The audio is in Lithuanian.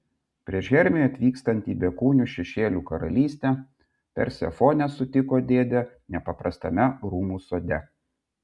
prieš hermiui atvykstant į bekūnių šešėlių karalystę persefonė sutiko dėdę nepaprastame rūmų sode